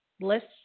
lists